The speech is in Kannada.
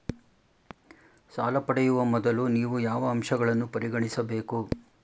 ಸಾಲ ಪಡೆಯುವ ಮೊದಲು ನೀವು ಯಾವ ಅಂಶಗಳನ್ನು ಪರಿಗಣಿಸಬೇಕು?